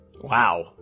Wow